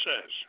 says